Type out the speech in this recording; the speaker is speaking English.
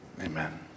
amen